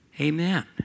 Amen